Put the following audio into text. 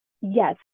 Yes